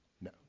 No